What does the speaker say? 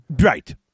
Right